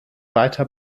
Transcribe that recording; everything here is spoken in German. weiter